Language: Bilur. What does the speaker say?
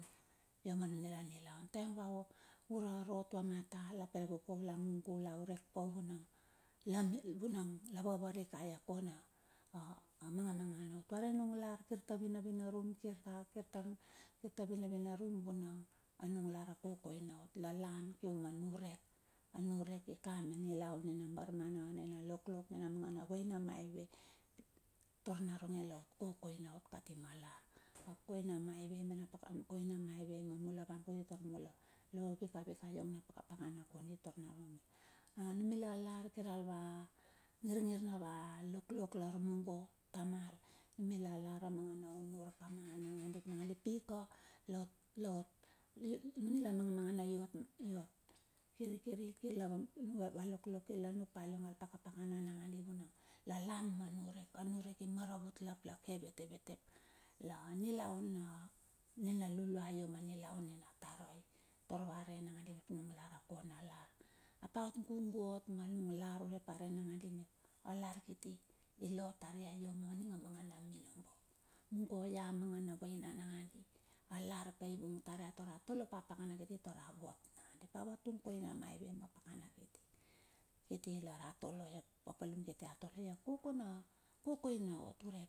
Ia ma anila nilaun a taem va wok urarot vamata la kel kuka, la ngugu la urek pau vunang la vava rikai a kona a mangamangana tar anung lar kirta vinavinarum kirta a kirta vinavinarum vunang anung lar a kokoina ot. la lan kium a nurek, anurek ika ma nilaun nina barmana, nina loklok nina mangana vaina maive taur naronge ia kokoina ot kati ma lar. Ap koina maive me na pa koina maive mula van kuti tar mula lo pirapitaiiong na pakapakana kondi tar naronge. Numila lar kir al va ngirngir nava loklok lar mungo, tamal anu mila o mongono unur kama, nangandi ap nangandi, pika nila na manga mangana kiri lar ava loklok kirla nukpa aliong al pakapakana nangandi vunang la lan ma nurek anure, i maravut la lakeketep la nilaun nina luluai ioma nilaun nina tarai. Tar va rei nangandi mep anung lar akona lar. Ap aot gugu ot manung lar urep arei nangadi mep alar kiti ilo tar ia vua maninga mangana minombo. Mungo ia ninga mangana vaina nangadi, alar ka ivung tar a tole pa pakana kiti tar avot nangandi. Ap avatung koina maive ma pakana kiti. Kiti lara toloi apapalum kiti atoloi akokona akokoina ot.